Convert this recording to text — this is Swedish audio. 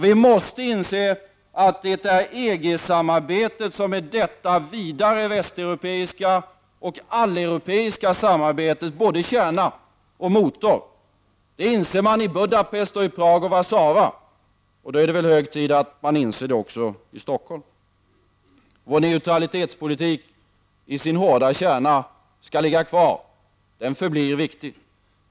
Vi måste inse att det är EG-samarbetet som är det vidare västeuropeiska och alleuropeiska samarbetets både kärna och motor. Det inser man i Budapest, Prag och Warszawa, och då är det väl hög tid att man inser det också i Stockholm. Den hårda kärnan i vår neutralitetspolitik skall finnas kvar. Den förblir viktig.